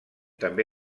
també